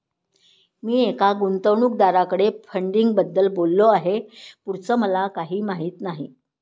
मी एका गुंतवणूकदाराकडे फंडिंगबद्दल बोललो आहे, पुढचं मला काही माहित नाही